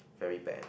very bad